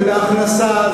זה בהכנסה,